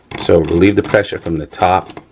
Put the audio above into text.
so, relieve the pressure from the top.